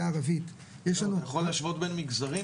הערבית --- אתה יכול להשוות בין מגזרים?